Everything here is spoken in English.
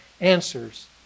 answers